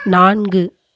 நான்கு